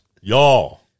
y'all